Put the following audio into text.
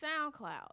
SoundCloud